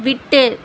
விட்டு